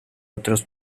otros